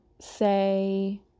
say